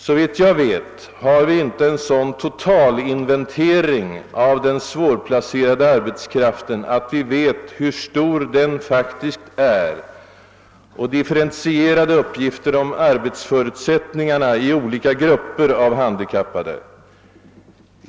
Såvitt jag vet har vi inte en sådan totalinventering av den svårplacerade arbetskraften att vi vet hur stor den faktiskt är liksom vi inte heller har tillgång till några differentierade uppgifter. avseende arbetsförutsättningarna i olika grupper av handikappade.